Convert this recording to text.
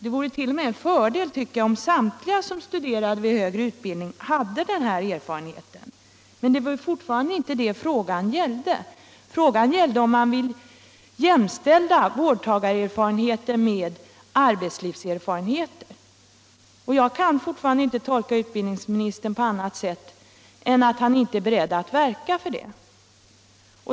Det vore t.o.m. en fördel, tycker jag, om samtliga som studerar till högre utbildning hade sådan erfarenhet. Men det är fortfarande inte det som frågan gällde, utan om man vill jämställa vårdtagarerfarenheter med arbetslivserfarenheter. Jag kan inte tolka utbildningsministern på annat sätt än att han inte är beredd att verka för det.